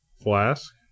Flask